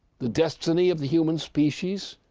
the destiny of the human species,